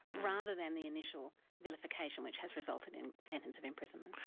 rather than the initial vilification, which has resulted in the sentence of imprisonment.